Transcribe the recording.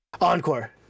Encore